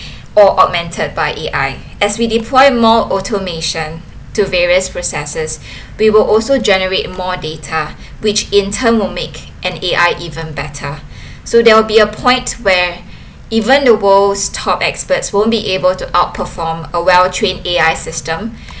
or augmented by A_I as we deploy more automation to various processes we will also generate more data which in turn will make an A_I even better so there'll be a point where even the world's top experts won't be able to outperform a well trained A_I system